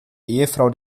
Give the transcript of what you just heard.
ehefrau